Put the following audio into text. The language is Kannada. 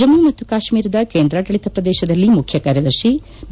ಜಮ್ಮು ಮತ್ತು ಕಾಶ್ಮೀರದ ಕೇಂದ್ರಾಡಳಿತ ಪ್ರದೇಶದಲ್ಲಿ ಮುಖ್ಯ ಕಾರ್ಯದರ್ಶಿ ಬಿ